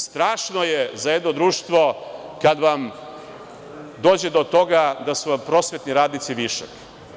Strašno je za jedno društvo kad vam dođe do toga da su vam prosvetni radnici višak.